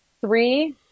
Three